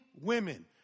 women